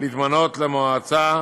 להתמנות למועצה